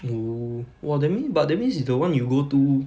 oo !wah! that mea~ but that means it's the one you go to